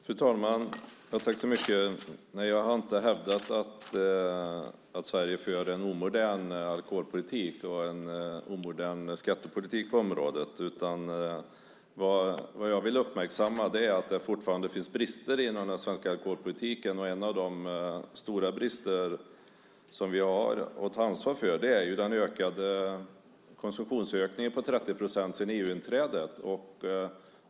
Fru talman! Nej, jag har inte hävdat att Sverige för en omodern alkoholpolitik och en omodern skattepolitik på området. Vad jag ville uppmärksamma var att det fortfarande finns brister inom den svenska alkoholpolitiken. En av de stora brister som vi har att ta ansvar för gäller konsumtionsökningen på 30 procent sedan EU-inträdet.